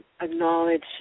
acknowledge